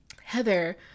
Heather